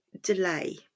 delay